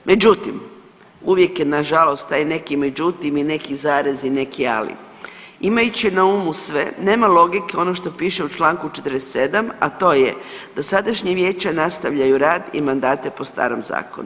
Međutim, uvijek je nažalost taj neki međutim i neki zarez i neki ali, imajući na umu sve, nema logike ono što piše u čl. 47., a to je dosadašnje vijeće nastavljaju rad i mandate po starom zakonu.